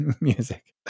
Music